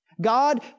God